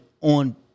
on